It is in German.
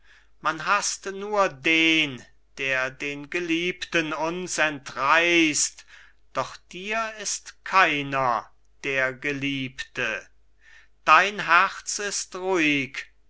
man haßt nur den der den geliebten uns entreißt doch dir ist keiner der geliebte dein herz ist